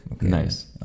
Nice